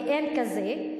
ואין כזה,